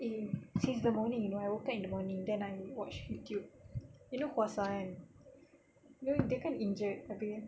in since the morning when I woke up in the morning then I watch YouTube you know hwa sa kan well dia kan injured abeh